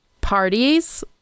Parties